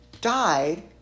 died